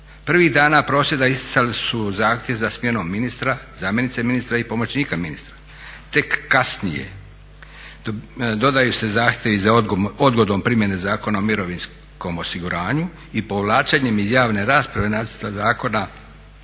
Prvih dana prosvjeda isticali su zahtjev za smjenom ministra, zamjenice ministra i pomoćnika ministra. Tek kasnije dodaju se zahtjevi za odgodom primjene Zakona o mirovinskom osiguranju i povlačenjem iz javne rasprave Nacrta zakona